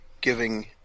giving